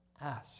Ask